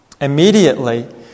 Immediately